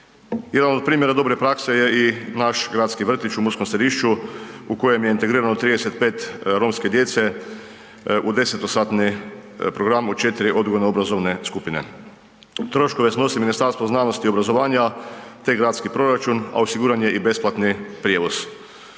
Jedan od primjera dobre prakse je i naš gradski vrtić u Murskom Središću u kojem je integrirano 35 romske djece u desetosatni program u četiri odgojno obrazovne skupine. Troškove snosi Ministarstvo znanosti i obrazovanja te gradski proračun, a osiguran je i besplatni prijevoz.